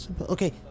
Okay